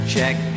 Check